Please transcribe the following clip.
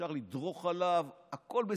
אפשר לדרוך עליו, הכול בסדר.